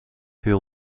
heel